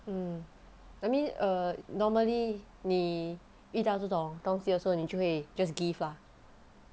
mm I mean err normally 你一张这种东西的时候你就会 just give ah